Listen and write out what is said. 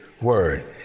word